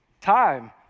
time